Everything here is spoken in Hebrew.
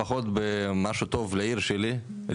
לפחות במשהו טוב לעיר שלי,